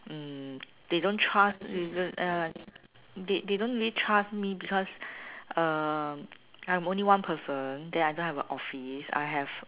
mm they don't trust they they don't really trust me because uh I am only one person then I don't a office I have